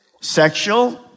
Sexual